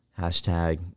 hashtag